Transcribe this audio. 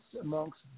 amongst